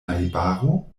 najbaro